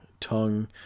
tongue